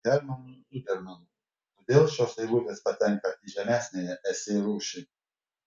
hermanu zudermanu todėl šios eilutės patenka į žemesniąją esė rūšį